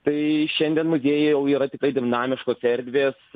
tai šiandien muziejai jau yra tikrai dinamiškos erdvės